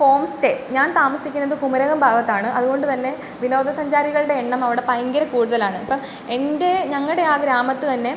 home stay ഞാൻ താമസിക്കുന്നത് കുമരകം ഭാഗത്താണ് അതുകൊണ്ട് തന്നെ വിനോദസഞ്ചാരികളുടെ എണ്ണം അവിടെ ഭയങ്കര കൂടുതലാണ് ഇപ്പം എൻ്റെ ഞങ്ങളുടെ ആ ഗ്രാമത്ത് തന്നെ